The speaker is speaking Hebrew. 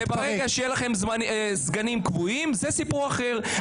וברגע שיהיו לכם סגנים קבועים, זה סיפור אחר.